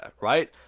right